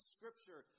Scripture